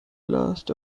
last